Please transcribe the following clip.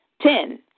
Ten